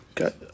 Okay